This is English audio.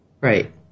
Right